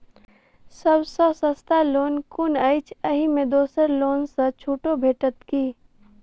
सब सँ सस्ता लोन कुन अछि अहि मे दोसर लोन सँ छुटो भेटत की?